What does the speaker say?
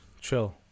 chill